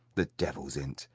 the devil's in't,